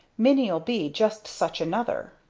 minnie'll be just such another!